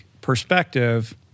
perspective